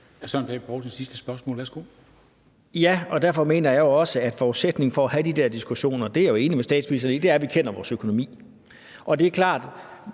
Søren Pape Poulsen (KF): Ja, og derfor mener jeg også, at forudsætningen for at have de der diskussioner – det er jeg enig med statsministeren i – er, at vi kender vores økonomi, og det er klart,